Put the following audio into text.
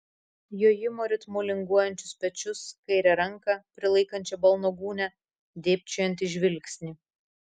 jojimo ritmu linguojančius pečius kairę ranką prilaikančią balno gūnią dėbčiojantį žvilgsnį